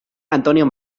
antonio